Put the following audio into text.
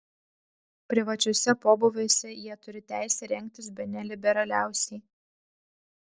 privačiuose pobūviuose jie turi teisę rengtis bene liberaliausiai